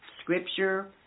scripture